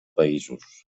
països